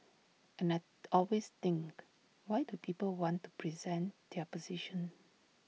and I always think why do people want to present their position